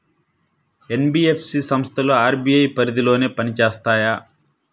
NBFC సంస్థలు RBI పరిధిలోనే పని చేస్తాయా?